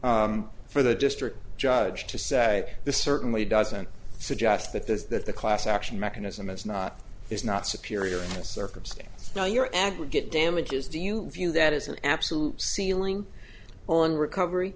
appropriate for the district judge to say this certainly doesn't suggest that there's that the class action mechanism is not is not superior in a circumstance now your aggregate damages do you view that as an absolute ceiling on recovery